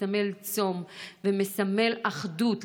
מסמל צום ומסמל אחדות.